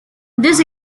this